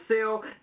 sell